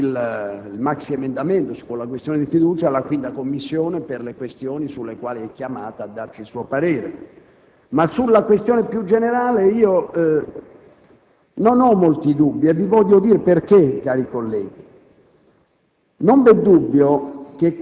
Noi abbiamo il dovere di trasmettere il maxiemendamento, su cui si pone la questione di fiducia, alla 5a Commissione per le questioni sulle quali è chiamata a darci il suo parere, ma sulla questione più generale non ho molti dubbi e vi voglio dire perché, cari colleghi.